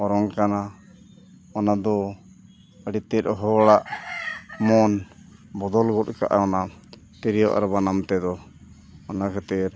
ᱚᱨᱚᱝ ᱠᱟᱱᱟ ᱚᱱᱟᱫᱚ ᱟᱹᱰᱤ ᱛᱮᱫ ᱦᱚᱲᱟᱜ ᱢᱚᱱ ᱵᱚᱫᱚᱞ ᱜᱚᱫ ᱟᱠᱟᱫᱼᱟᱭ ᱚᱱᱟ ᱛᱤᱨᱭᱳ ᱟᱨ ᱵᱟᱱᱟᱢ ᱛᱮᱫᱚ ᱚᱱᱟ ᱠᱷᱟᱹᱛᱤᱨ